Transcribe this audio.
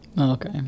okay